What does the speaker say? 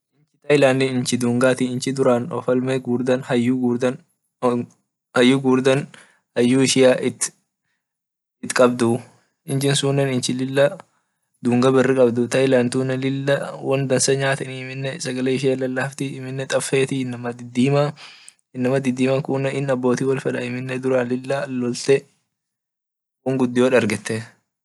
Thailandi inchi dungati inchi wafalme gugurdan hayyu gugurdan hayyu ishia it kabduu inchi sunne inchi lila dunga biri qabduu thailandi tu lila won dansa nyate amine sagale ishia hinlalafti amine inama didima inama kun lila wolfeta won gudio dargetee.